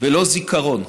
ולא זיכרון.